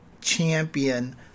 champion